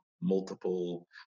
multiple